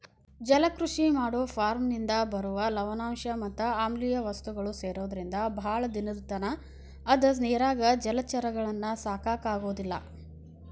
ಜಲಕೃಷಿ ಮಾಡೋ ಫಾರ್ಮನಿಂದ ಬರುವ ಲವಣಾಂಶ ಮತ್ ಆಮ್ಲಿಯ ವಸ್ತುಗಳು ಸೇರೊದ್ರಿಂದ ಬಾಳ ದಿನದತನ ಅದ ನೇರಾಗ ಜಲಚರಗಳನ್ನ ಸಾಕಾಕ ಆಗೋದಿಲ್ಲ